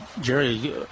Jerry